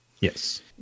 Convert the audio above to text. Yes